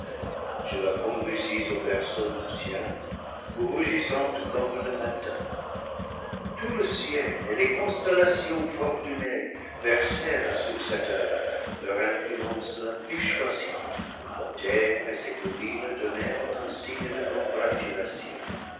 je la conduisis au berceau nup tial rougissante comme le matin tout le ciel et les constella tions fortunées versèrent sur cette heure leur influence la plus choisie la terre et ses collines donnèrent un signe de